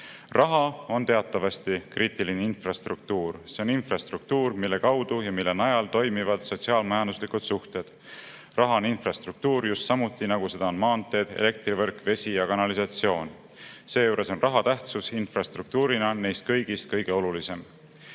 on teatavasti kriitiline infrastruktuur. See on infrastruktuur, mille kaudu ja mille najal toimivad sotsiaal-majanduslikud suhted. Raha on infrastruktuur just samuti nagu seda on maanteed, elektrivõrk, vesi ja kanalisatsioon. Seejuures on raha tähtsus infrastruktuurina neist kõigist kõige olulisem.